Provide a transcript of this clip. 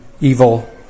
evil